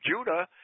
Judah